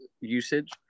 usage